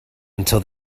until